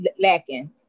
lacking